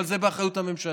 אבל זה באחריות הממשלה.